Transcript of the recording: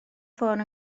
ffôn